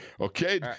Okay